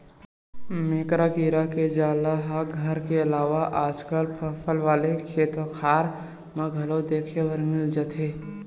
मेकरा कीरा के जाला ह घर के अलावा आजकल फसल वाले खेतखार म घलो देखे बर मिली जथे